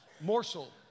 Morsel